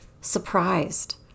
Surprised